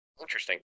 Interesting